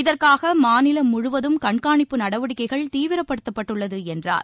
இதற்காக மாநிலம் முழுவதும் கண்கானிப்பு நடவடிக்கைகள் தீவிரப்படுத்தப்பட்டுள்ளது என்றார்